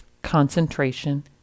concentration